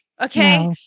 Okay